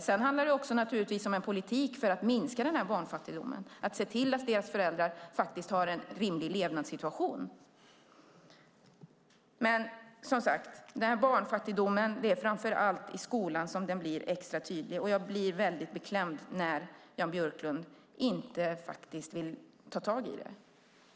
Sedan handlar det naturligtvis också om en politik för att minska barnfattigdomen och se till att barnens föräldrar har en rimlig levnadssituation. Som sagt är det framför allt i skolan som barnfattigdomen blir extra tydlig. Jag blir väldigt beklämd när Jan Björklund inte vill ta tag i det.